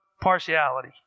partiality